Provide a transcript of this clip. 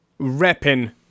repping